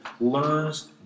learns